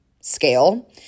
scale